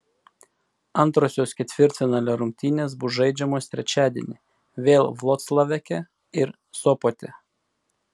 antrosios ketvirtfinalio rungtynės bus žaidžiamos trečiadienį vėl vloclaveke ir sopote